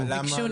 ביקשו נימוק.